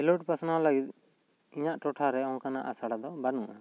ᱠᱷᱮᱞᱳᱰ ᱯᱟᱥᱱᱟᱣ ᱞᱟᱹᱜᱤᱫ ᱤᱧᱟᱹᱜ ᱴᱚᱴᱷᱟ ᱨᱮ ᱚᱱᱠᱟᱱᱟᱜ ᱟᱥᱲᱟ ᱫᱚ ᱵᱟᱹᱱᱩᱜᱼᱟ